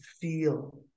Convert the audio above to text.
feel